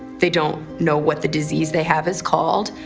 they don't know what the disease they have is called.